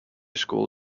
school